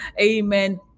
Amen